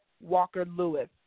Walker-Lewis